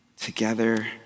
together